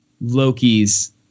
Loki's